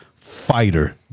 fighter